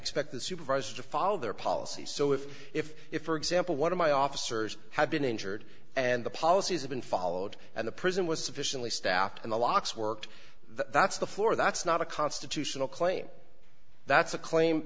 expect the supervisors to follow their policy so if if if for example one of my officers have been injured and the policies have been followed and the prison was sufficiently staffed and the locks worked that's the floor that's not a constitutional claim that's a claim